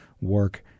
work